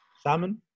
Salmon